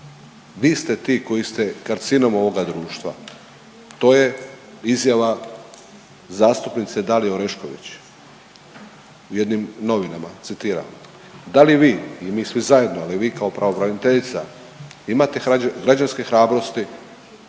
vi ste ti koji ste karcinom ovoga društva. To je izjava zastupnice Dalije Orešković jednim novinama, citiram. Da li vi i mi svi zajedno, ali vi kao pravobraniteljica imate građanske hrabrosti